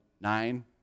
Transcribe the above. nine